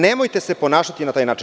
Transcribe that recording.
Nemojte se ponašati na taj način.